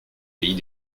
pays